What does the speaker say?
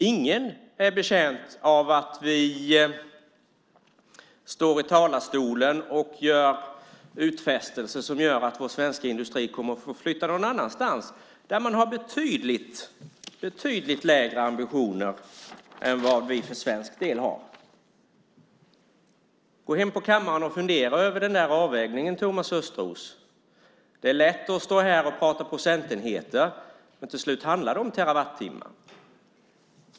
Ingen är betjänt av att vi står i talarstolen och gör utfästelser som gör att vår svenska industri kommer att få flytta någon annanstans där man har betydligt lägre ambitioner än vi för svensk del har. Gå hem på kammaren och fundera över den avvägningen, Thomas Östros! Det är lätt att stå här och prata procentenheter, men till slut handlar det om terawattimmar.